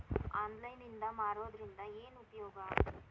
Online ನಾಗ್ ಮಾರೋದ್ರಿಂದ ಏನು ಉಪಯೋಗ?